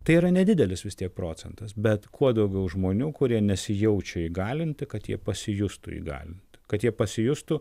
tai yra nedidelis vis tiek procentas bet kuo daugiau žmonių kurie nesijaučia įgalinti kad jie pasijustų įgalinti kad jie pasijustų